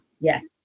Yes